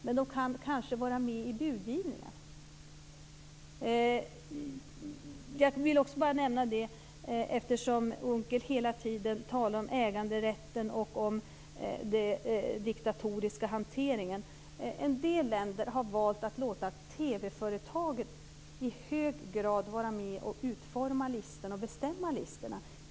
Men de kanske kan vara med i budgivningen. Eftersom Per Unckel talar om äganderätten och den diktatoriska hanteringen vill jag nämna att en del länder har valt att i hög grad låta TV-företagen vara med och utforma och bestämma listorna.